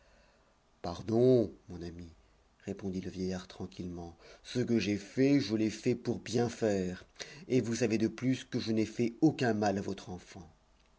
pardon mon ami répondit le vieillard tranquillement ce que j'ai fait je l'ai fait pour bien faire et vous savez de plus que je n'ai fait aucun mal à votre enfant